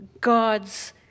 God's